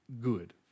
good